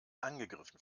angegriffen